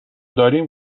داریم